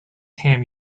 ham